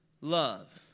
love